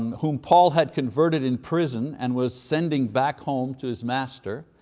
whom paul had converted in prison and was sending back home to his master.